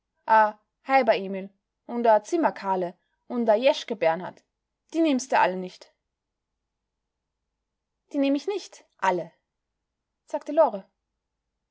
emil und a zimmer karle und a jäschke bernhard die nimmste alle nicht die nehm ich nicht alle sagte lore